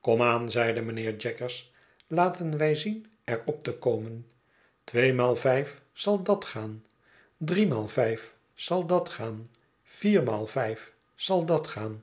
kom aan zeide mynheer jaggers laten wij zien er op te komen tweemaal vijf zal dat gaan driemaal vijf zal dat gaan viermaal vijf zal dat gaan